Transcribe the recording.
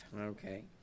Okay